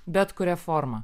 bet kuria forma